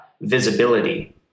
visibility